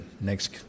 Next